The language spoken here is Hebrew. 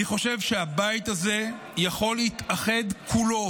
אני חושב שהבית הזה יכול להתאחד כולו